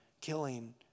killing